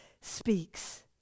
speaks